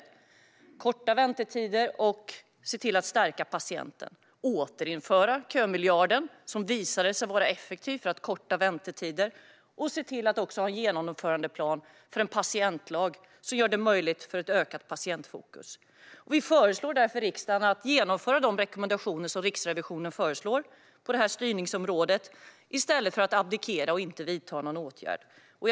Vi vill ha korta väntetider, se till att stärka patienten, återinföra kömiljarden, som visade sig vara effektiv för att korta väntetider, och se till att ha en genomförandeplan för en patientlag som möjliggör ett ökat patientfokus. Vi föreslår därför riksdagen att genomföra de rekommendationer som Riksrevisionen föreslår på detta styrningsområde i stället för att abdikera och inte vidta några åtgärder.